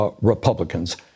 Republicans